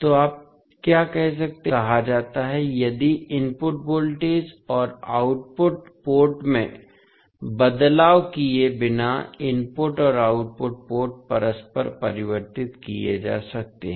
तो आप क्या कह सकते हैं कि टू पोर्ट नेटवर्क को सममित कहा जाता है यदि इनपुट वोल्टेज और वोल्टेज पोर्ट में बदलाव किए बिना इनपुट और आउटपुट पोर्ट परस्पर परिवर्तित किए जा सकते हैं